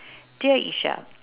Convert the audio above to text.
dear Isha